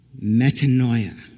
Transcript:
metanoia